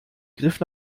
griff